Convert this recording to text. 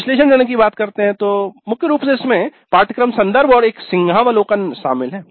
विश्लेषण चरण की बात करते है मुख्य रूप से इसमें पाठ्यक्रम संदर्भ और एक सिंहावलोकन शामिल है